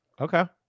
Okay